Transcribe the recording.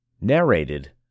narrated